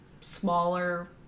smaller